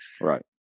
Right